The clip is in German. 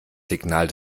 signal